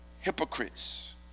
hypocrites